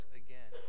again